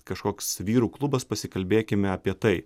kažkoks vyrų klubas pasikalbėkime apie tai